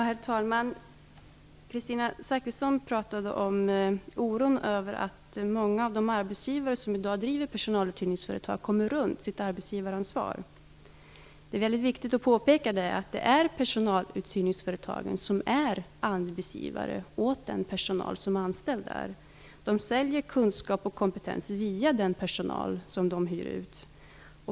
Herr talman! Kristina Zakrisson talade om oron över att många av de arbetsgivare som i dag driver personaluthyrningsföretag kommer runt sitt arbetsgivaransvar. Det är mycket viktigt att påpeka att det är personaluthyrningsföretagen som är arbetsgivare åt den personal som är anställd där. De säljer kunskap och kompetens via den personal som de hyr ut.